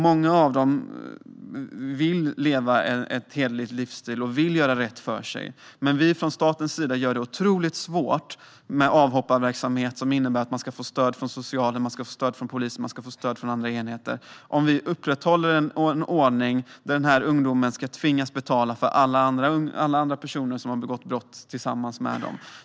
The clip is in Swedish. Många av dem vill leva ett hederligt liv och göra rätt för sig, men vi från statens sida gör det otroligt svårt med avhopparverksamhet - som innebär att man ska få stöd från socialen, polisen och andra enheter - om vi upprätthåller en ordning där den unga personen ska tvingas betala för alla personer som har begått brott tillsammans med dem.